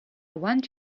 want